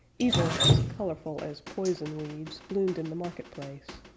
evil, as colorful as poison weeds, bloomed in the market place.